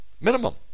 minimum